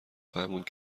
فهموند